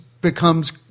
becomes